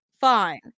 Fine